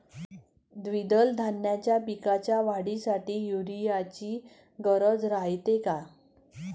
द्विदल धान्याच्या पिकाच्या वाढीसाठी यूरिया ची गरज रायते का?